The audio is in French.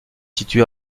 situé